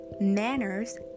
manners